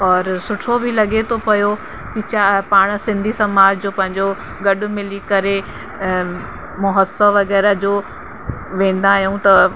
और सुठो बि लॻे थो पियो कि चा पाणि सिंधी समाज जो पंहिंजो गॾु मिली करे महोत्सव वग़ैरह जो वेंदा आहियूं त